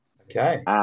Okay